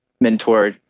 mentor